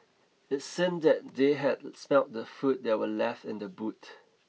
it seemed that they had smelt the food that were left in the boot